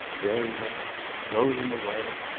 very well! throw them away!